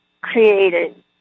created